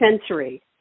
sensory